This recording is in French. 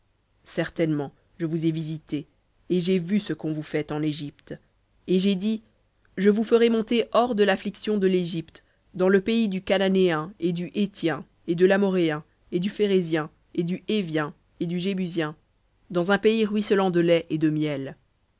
certainement je vous ai visités et ce qu'on vous fait en égypte et j'ai dit je vous ferai monter hors de l'affliction de l'égypte dans le pays du cananéen et du héthien et de l'amoréen et du phérézien et du hévien et du jébusien dans un pays ruisselant de lait et de miel